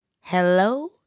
Hello